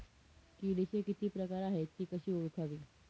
किडीचे किती प्रकार आहेत? ति कशी ओळखावी?